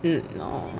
mm oh